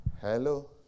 Hello